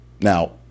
now